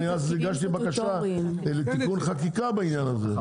אני אז הגשתי בקשה לתיקון חקיקה בעניין הזה.